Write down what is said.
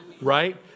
Right